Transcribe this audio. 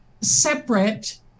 separate